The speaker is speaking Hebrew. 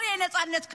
חבריי הנכבדים,